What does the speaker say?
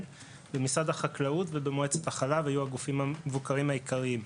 החקלאות ומועצת החלב היו הגופים המבוקרים העיקריים.